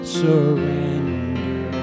surrender